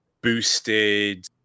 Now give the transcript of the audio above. boosted